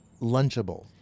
Lunchable